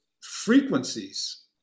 frequencies